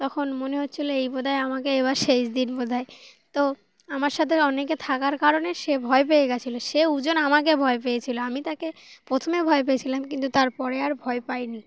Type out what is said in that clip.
তখন মনে হচ্ছিলো এই বোধয় আমাকে এবার শেষ দিন বোধয় তো আমার সাথে অনেকে থাকার কারণে সে ভয় পেয়ে গিয়েছিলো সে উজন আমাকে ভয় পেয়েছিল আমি তাকে প্রথমে ভয় পেয়েছিলাম কিন্তু তারপরে আর ভয় পাইনি